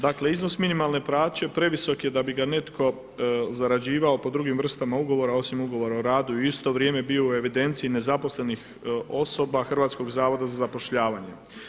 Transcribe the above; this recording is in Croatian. Dakle, iznos minimalne plaće previsok je da bi ga netko zarađivao po drugim vrstama ugovora, osim ugovora o radu i u isto vrijeme bio u evidenciji nezaposlenih osoba Hrvatskog zavoda za zapošljavanje.